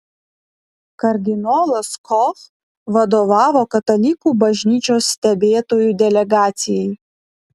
kardinolas koch vadovavo katalikų bažnyčios stebėtojų delegacijai